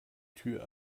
tür